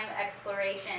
exploration